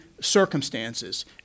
circumstances